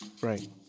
Right